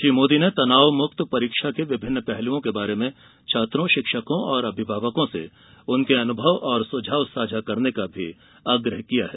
श्री मोदी ने तनावमुक्त परीक्षा के विभिन्न पहलुओं के बारे में छात्रों शिक्षकों और अभिभावकों से उनके अनुभव और सुझाव साझा करने का भी आग्रह किया है